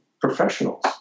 professionals